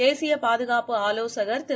தேசிய பாதுகாப்பு ஆவோசகர் திரு